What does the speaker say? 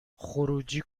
خروجی